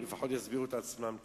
לפחות יסבירו את עצמם טוב.